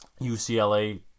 UCLA